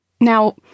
Now